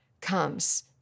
comes